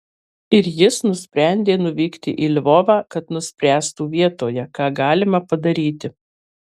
ir jis nusprendė nuvykti į lvovą kad nuspręstų vietoje ką galima padaryti